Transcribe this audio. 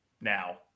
now